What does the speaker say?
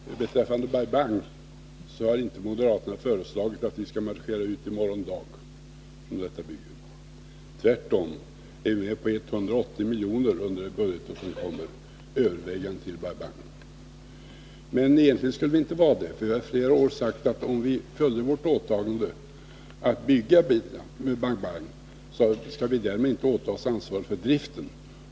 Fru talman! Beträffande Bai Bang vill jag säga att moderaterna inte föreslagit att vi i morgon dag skall marschera ut från detta bygge. Tvärtom är vi med på 180 miljoner, övervägande till Bai Bang, under det budgetår som kommer. Men egentligen borde vi inte vara det. Vi har i flera år sagt att vi skall fullfölja vårt åtagande att bygga Bai Bang, däremot inte åta oss ansvaret för driften.